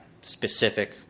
specific